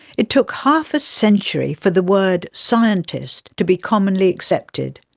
it took half a century for the word scientist to be commonly accepted.